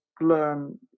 learn